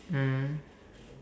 mm